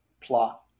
plot